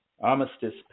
Armistice